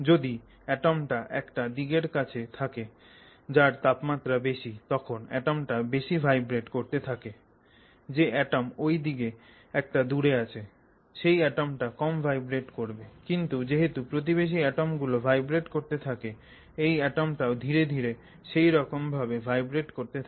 যদি অ্যাটমটা একটা দিকের কাছে থাকে যার তাপমাত্রা বেশি আছে তখন অ্যাটমটা বেশি ভাইব্রেট করতে থাকে যে অ্যাটম ওই দিক থেকে একটু দূরে আছে সেই অ্যাটমটা কম ভাইব্রেট করবে কিন্তু যেহেতু প্রতিবেশী অ্যাটম গুলো ভাইব্রেট করতে থাকে এই অ্যাটমটাও ধীরে ধীরে সেই রকম ভাবে ভাইব্রেট করতে থাকে